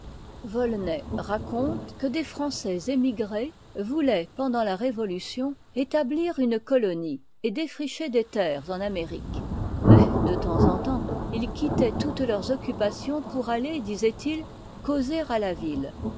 raconte que des français émigrés voûtaient pendant la révolution établir une colonie et défricher des terres en amérique mais de temps'en temps ils quittaient toutes leurs occupations pour aller disaient-ils causer à la ville